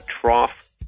trough